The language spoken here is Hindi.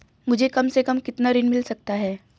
मुझे कम से कम कितना ऋण मिल सकता है?